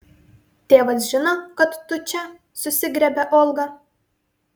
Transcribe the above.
tėvas žino kad tu čia susigriebia olga